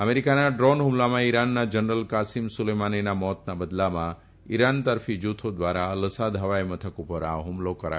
અમેરીકાના ફ્રોન ફુમલામાં ઇરાનના જનરલ કાસીમ સુલેમાનીના મોતના બદલામાં ઇરાન તર્ફી જુથી ધ્વારા અલ અસાદ હવાઇ મથક પર આ હૂમલો કરાયો હતો